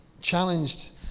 challenged